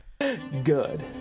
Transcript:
Good